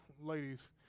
ladies